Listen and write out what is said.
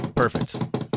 Perfect